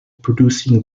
producing